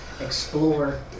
explore